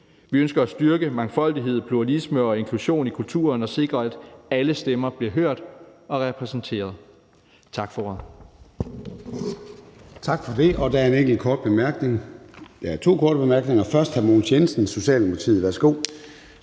Vi ønsker at styrke mangfoldighed, pluralisme og inklusion i kulturen og sikre, at alle stemmer bliver hørt og repræsenteret. Tak for ordet.